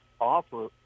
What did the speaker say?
offer